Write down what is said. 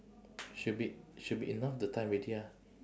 should be should be enough the time already ah